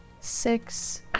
six